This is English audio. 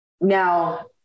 Now